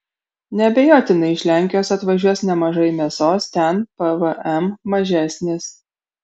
neabejotinai iš lenkijos atvažiuos nemažai mėsos ten pvm mažesnis